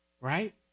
right